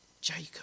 Jacob